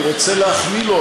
אני רוצה להחמיא לו,